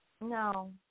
No